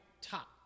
top